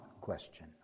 question